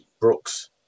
Brooks